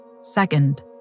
Second